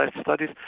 studies